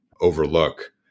overlook